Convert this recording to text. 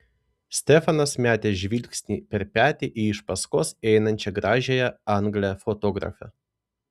stefanas metė žvilgsnį per petį į iš paskos einančią gražiąją anglę fotografę